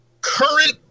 current